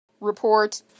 Report